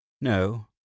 no